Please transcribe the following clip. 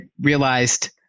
realized